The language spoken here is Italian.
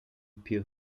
più